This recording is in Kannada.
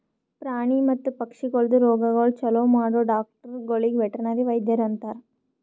ಪ್ರಾಣಿ ಮತ್ತ ಪಕ್ಷಿಗೊಳ್ದು ರೋಗಗೊಳ್ ಛಲೋ ಮಾಡೋ ಡಾಕ್ಟರಗೊಳಿಗ್ ವೆಟರ್ನರಿ ವೈದ್ಯರು ಅಂತಾರ್